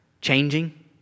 changing